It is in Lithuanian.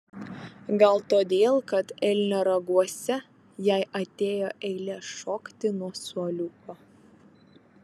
gal todėl kad elnio raguose jai atėjo eilė šokti nuo suoliuko